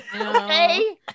Okay